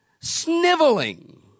sniveling